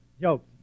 jokes